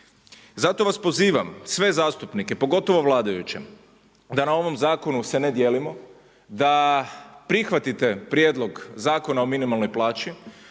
Zato vas pozivam sve zastupnike, pogotovo vladajuće da na ovom zakonu se ne dijelimo, da prihvatite Prijedlog zakona o minimalnoj plaći,